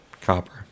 copper